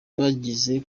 bagize